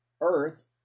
earth